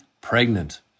pregnant